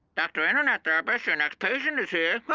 dr. internet therapist, your next patient is here.